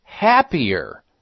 happier